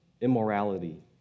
immorality